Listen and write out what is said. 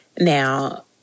Now